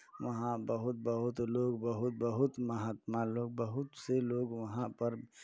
वहाँ बहुत बहुत लोग बहुत बहुत महात्मा लोग बहुत से लोग वहाँ पर